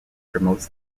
promotes